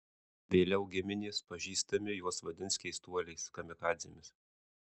vėliau giminės pažįstami juos vadins keistuoliais kamikadzėmis